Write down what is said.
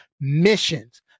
missions